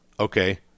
Okay